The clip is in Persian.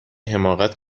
حماقت